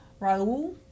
Raul